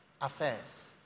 affairs